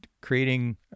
creating